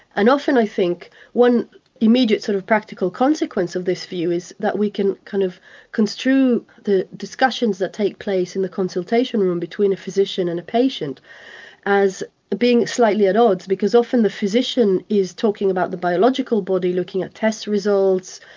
and often i think one immediate sort of practical consequence of this view is that we can kind of construe the discussions that take place in a consultation room between a physician and a patient as being slightly at odds because often the physician is talking about the biological body looking at test results,